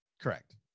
Correct